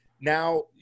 now